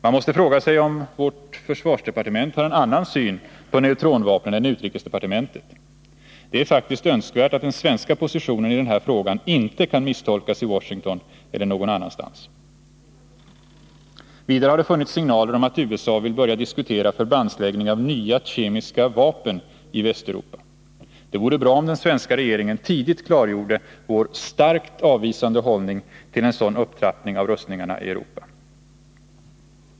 Man måste fråga sig om vårt försvarsdepartement har en annan syn på neutronvapnen än utrikesdepartementet. Det är faktiskt önskvärt att den svenska positionen i den här frågan inte kan misstolkas i Washington eller någon annanstans. Vidare har det funnits signaler om att USA vill börja diskutera förbandsläggning av nya kemiska vapen i Västeuropa. Det vore bra, om den svenska regeringen tidigt klargjorde vår starkt avvisande hållning till en sådan upptrappning av rustningarna i Europa. 2.